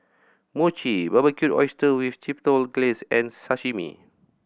Mochi Barbecued Oyster with Chipotle Glaze and Sashimi